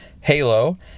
Halo